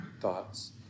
thoughts